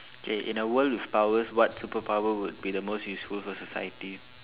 okay in the world with powers what superpower would be the most useful for society